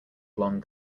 blond